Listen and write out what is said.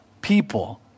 people